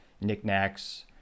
knickknacks